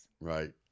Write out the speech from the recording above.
Right